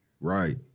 Right